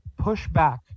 pushback